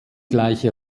gleiche